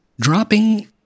dropping